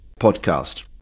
podcast